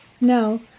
No